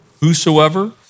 whosoever